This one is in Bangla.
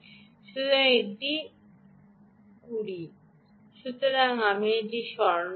সুতরাং এটি 20 সুতরাং আমি এটি সরানো যাক